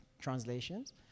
translations